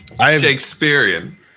Shakespearean